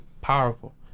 powerful